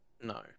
no